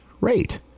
rate